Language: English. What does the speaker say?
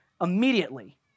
immediately